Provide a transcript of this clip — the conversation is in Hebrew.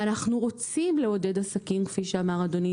אנחנו רוצים לעודד עסקים, כפי שאמר אדוני.